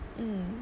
mm